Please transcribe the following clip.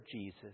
Jesus